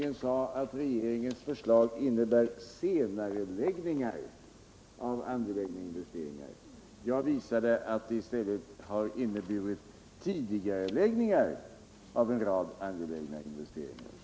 Han sade att regeringens förslag innebär senareläggningar av andra investeringar, men jag visade att det i stället har inneburit tidigareläggningar av en rad angelägna investeringar.